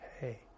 Hey